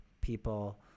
people